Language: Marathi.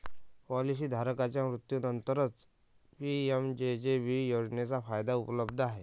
पॉलिसी धारकाच्या मृत्यूनंतरच पी.एम.जे.जे.बी योजनेचा फायदा उपलब्ध आहे